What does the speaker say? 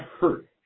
hurt